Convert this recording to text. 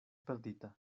perdita